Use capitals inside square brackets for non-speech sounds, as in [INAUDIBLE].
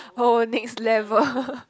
oh next level [LAUGHS]